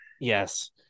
Yes